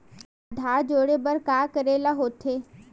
आधार जोड़े बर का करे ला होथे?